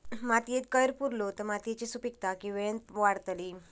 मातयेत कैर पुरलो तर मातयेची सुपीकता की वेळेन वाडतली?